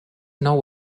nou